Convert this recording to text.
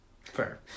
Fair